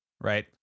Right